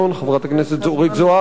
חברת הכנסת אורית זוארץ,